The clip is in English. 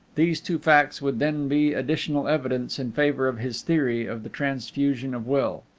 these two facts would then be additional evidence in favor of his theory of the transfusion of will.